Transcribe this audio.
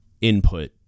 input